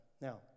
Now